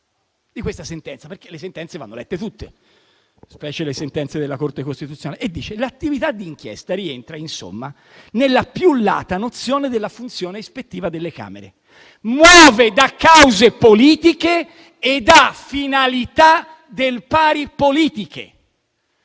di questa sentenza - le sentenze vanno lette tutte, specie quelle della Corte costituzionale - che dice: «L'attività d'inchiesta rientra, insomma, nella più lata nozione della funzione ispettiva delle Camere; muove da cause politiche ed ha finalità del pari politiche».